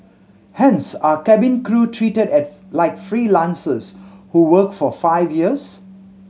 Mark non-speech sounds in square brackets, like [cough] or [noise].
hence are cabin crew treated [unintelligible] like freelancers who work for five years